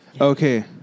Okay